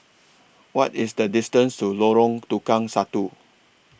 What IS The distance to Lorong Tukang Satu